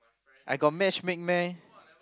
I got matchmake meh